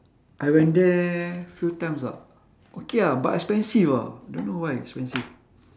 I went there few times ah okay ah but expensive ah don't know why expensive